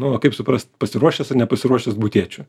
nu kaip suprast pasiruošęs ir nepasiruošęs būt tėčiu